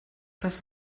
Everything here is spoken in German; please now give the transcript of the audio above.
das